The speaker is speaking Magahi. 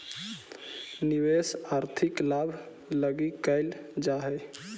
निवेश आर्थिक लाभ लगी कैल जा हई